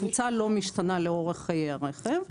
הקבוצה לא משתנה לאורך חיי הרכב.